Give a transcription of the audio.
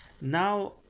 now